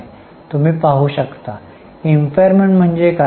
तुम्ही पाहू शकता impairment म्हणजे काय